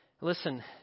Listen